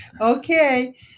okay